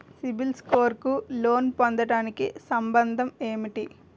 CIBIL score కు loan పొందటానికి సంబంధం ఏంటి?